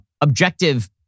objective